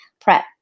prep